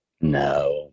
no